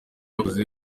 bakoze